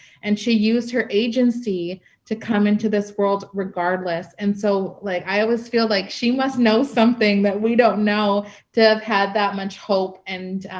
and she used her agency to come into this world regardless. and so like i always feel like she must know something that we don't know to have had that much hope and,